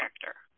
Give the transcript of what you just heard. character